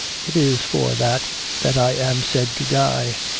it is for that that i am said to die,